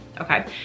Okay